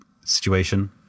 situation